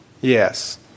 Yes